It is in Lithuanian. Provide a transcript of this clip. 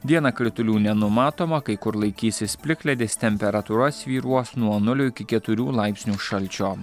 dieną kritulių nenumatoma kai kur laikysis plikledis temperatūra svyruos nuo nulio iki keturių laipsnių šalčio